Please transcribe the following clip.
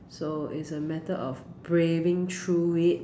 so is a matter of braving through it